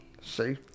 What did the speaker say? see